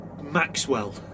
Maxwell